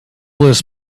this